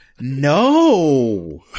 no